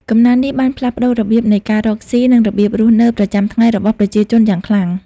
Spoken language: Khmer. កំណើននេះបានផ្លាស់ប្ដូររបៀបនៃការរកស៊ី និងរបៀបរស់នៅប្រចាំថ្ងៃរបស់ប្រជាជនយ៉ាងខ្លាំង។